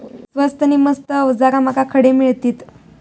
स्वस्त नी मस्त अवजारा माका खडे मिळतीत?